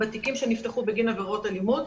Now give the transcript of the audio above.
בתיקים שנפתחו בגין עבירות האלימות,